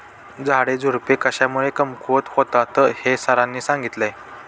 झाडेझुडपे कशामुळे कमकुवत होतात हे सरांनी सांगितले